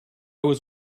was